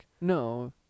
No